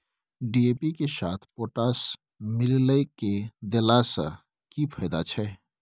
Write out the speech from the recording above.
DAP के साथ potash मिललय के देला स की फायदा छैय?